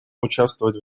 участвовать